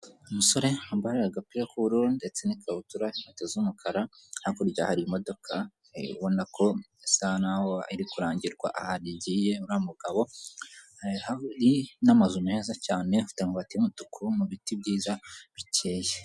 Umusore wambara agapira k'ubururu ndetse n'ikabutura inkweto z'umukara, hakurya hari imodoka ibona ko bisa naho iri kurangirwa aha nigiye wa mugabo n'amazu meza cyane mfite amabati y'umutuku mu biti byiza bikeye.